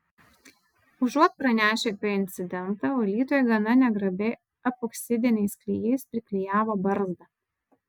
užuot pranešę apie incidentą valytojai gana negrabiai epoksidiniais klijais priklijavo barzdą